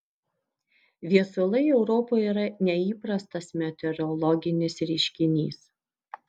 viesulai europoje yra neįprastas meteorologinis reiškinys